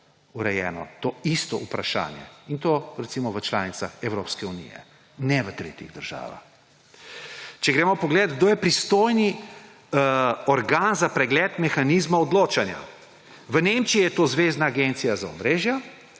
urejeno to isto vprašanje; in to, recimo, v članicah Evropske unije, ne v tretjih državah. Če gremo pogledat, kdo je pristojni organ za pregled mehanizmov odločanja. V Nemčiji je to zvezna agencija za omrežja,